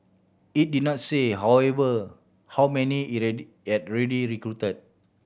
it did not say however how many it had yet already recruited